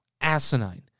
Asinine